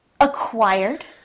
Acquired